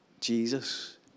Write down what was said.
Jesus